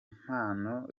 mpano